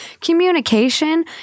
communication